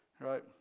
Right